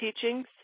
teachings